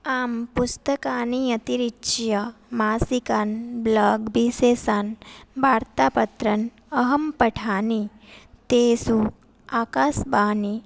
आं पुस्तकानि अतिरिच्य मासिकान् ब्लाग् विशेषेण वार्ता पत्रम् अहं पठामि तेषु आकाशवाणी